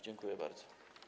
Dziękuję bardzo.